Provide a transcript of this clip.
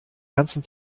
ganzen